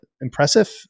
impressive